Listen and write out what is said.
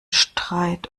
streit